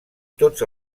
tots